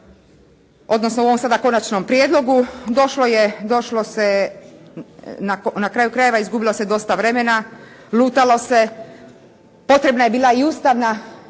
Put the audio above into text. odnosno u ovom sada Konačnom prijedlogu došlo je, došlo se, na kraju krajeva izgubilo se dosta vremena, lutalo se. Potrebna je bila i ustavna,